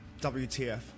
WTF